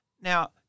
Now